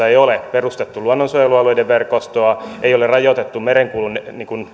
ei ole perustettu luonnonsuojelualueiden verkostoa ei ole rajoitettu merenkulun